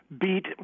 beat